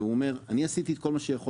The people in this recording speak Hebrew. והוא אומר: אני עשיתי את כל מה שיכולתי,